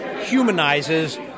humanizes